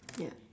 ya